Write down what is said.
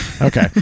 okay